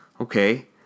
Okay